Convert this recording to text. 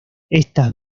estas